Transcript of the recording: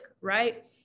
Right